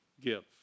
Give